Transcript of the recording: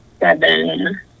seven